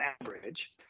average